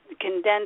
condensed